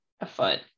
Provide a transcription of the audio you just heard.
afoot